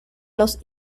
los